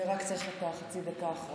רק צריך את החצי דקה האחרונה,